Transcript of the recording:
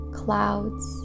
clouds